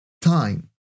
time